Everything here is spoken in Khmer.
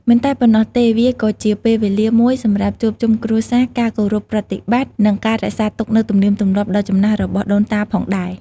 មិនតែប៉ុណ្ណោះទេ វាក៏ជាពេលវេលាមួយសម្រាប់ជួបជុំគ្រួសារ ការគោរពប្រណិប័តន៍ និងការរក្សាទុកនូវទំនៀមទម្លាប់ដ៏ចំណាស់របស់ដូនតាផងដែរ។